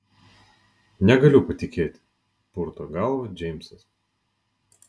negaliu patikėti purto galvą džeimsas